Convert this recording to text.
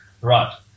Right